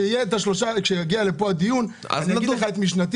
כשיהיה פה דיון על ה-3% אגיד לך את משנתי